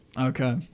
Okay